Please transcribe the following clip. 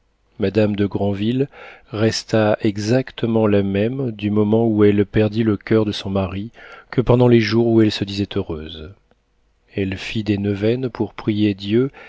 madame de granville resta exactement la même du moment où elle perdit le coeur de son mari que pendant les jours où elle se disait heureuse elle fit des neuvaines pour prier dieu